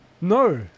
No